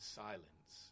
silence